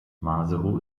maseru